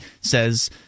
says –